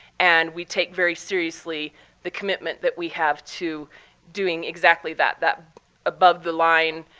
and we take very seriously the commitment that we have to doing exactly that, that above the line,